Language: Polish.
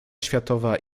światowa